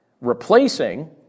replacing